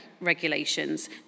regulations